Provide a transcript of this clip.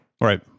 Right